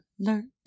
alert